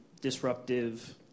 disruptive